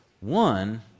One